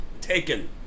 taken